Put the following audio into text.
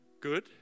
good